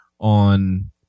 on